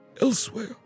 elsewhere